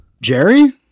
Jerry